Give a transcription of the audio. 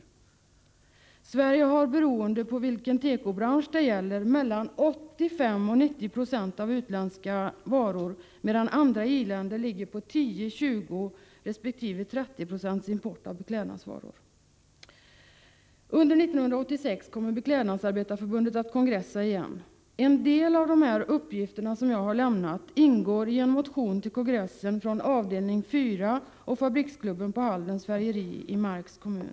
e Sverige har; beroende på vilken tekobransch det gäller, 85-90 96 import av utländska varor, medan andra i-länder har 10, 20 och 30 96 import av Under 1986 kommer Beklädnadsarbetarnas förbund att kongressa igen. En del av de uppgifter som jag har lämnat ingår i en motion till kongressen från avdelning 4 och fabriksklubben på Haldens Färgeri i Marks kommun.